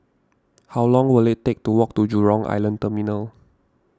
how long will it take to walk to Jurong Island Terminal